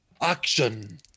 action